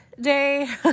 day